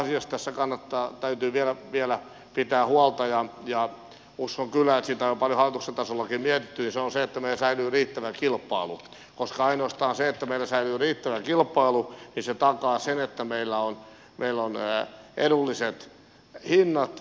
yhdestä asiasta tässä täytyy vielä pitää huolta ja uskon kyllä että sitä on paljon jo hallituksen tasollakin mietitty ja se on se että meillä säilyy riittävä kilpailu koska ainoastaan se että meillä säilyy riittävä kilpailu takaa sen että meillä on edulliset hinnat